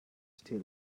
still